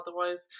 otherwise